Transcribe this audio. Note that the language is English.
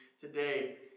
today